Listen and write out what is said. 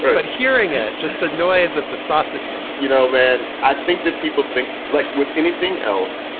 but hearing it, just the noise of the sausage making you know, man, i think that people think like with anything else.